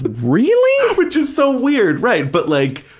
but really? which is so weird, right. but like,